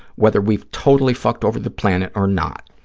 whether we've totally fucked over the planet or not,